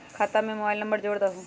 खाता में mobile number जोड़ दहु?